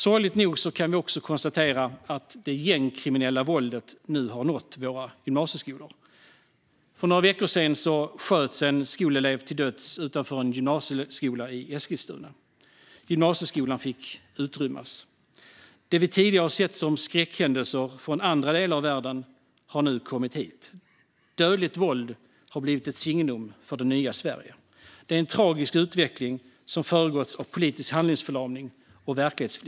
Sorgligt nog kan vi också konstatera att det gängkriminella våldet nu har nått gymnasieskolorna. För några veckor sedan sköts en skolelev till döds utanför en gymnasieskola i Eskilstuna. Gymnasieskolan fick utrymmas. Det vi tidigare sett som skräckhändelser från andra delar av världen har nu kommit hit. Dödligt våld har blivit ett signum för det nya Sverige. Det är en tragisk utveckling som föregåtts av politisk handlingsförlamning och verklighetsflykt.